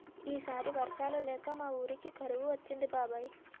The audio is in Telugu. ఈ సారి వర్షాలు లేక మా వూరికి కరువు వచ్చింది బాబాయ్